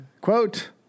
quote